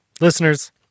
Listeners